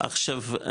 עכשיו,